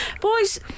Boys